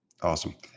Awesome